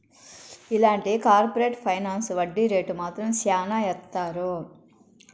ఇలాంటి corporate finance వడ్డీ rate మాత్రం శ్యానా ఏత్తారు